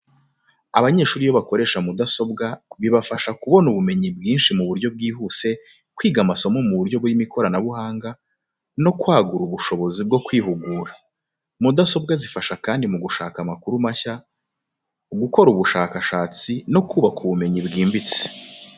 Abanyeshuri iyo bakoresha mudasobwa, bibafasha kubona ubumenyi bwinshi mu buryo bwihuse, kwiga amasomo mu buryo burimo ikoranabuhanga no kwagura ubushobozi bwo kwihugura. Mudasobwa zifasha kandi mu gushaka amakuru mashya, gukora ubushakashatsi no kubaka ubumenyi bwimbitse.